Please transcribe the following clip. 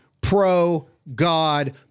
pro-God